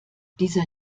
dieser